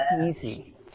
easy